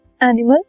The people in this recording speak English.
animal